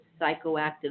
psychoactive